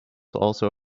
also